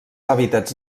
hàbitats